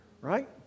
right